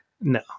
No